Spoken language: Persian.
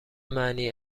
معنی